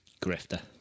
Grifter